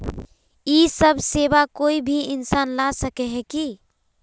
इ सब सेवा कोई भी इंसान ला सके है की?